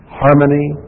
harmony